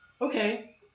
Okay